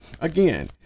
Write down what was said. Again